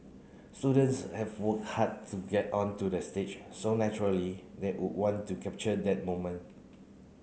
students have worked hard to get on to the stage so naturally they would want to capture that moment